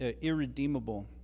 irredeemable